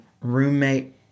roommate